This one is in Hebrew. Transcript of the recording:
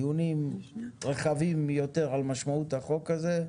לעשות דיונים ורחבים יותר על משמעות החוק הזה.